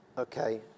Okay